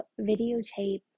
videotape